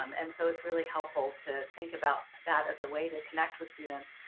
um and so it's really helpful to think about that as a way to connect with students,